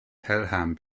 pelham